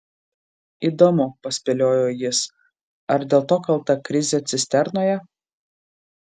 įdomu paspėliojo jis ar dėl to kalta krizė cisternoje